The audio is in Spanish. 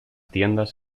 tiendas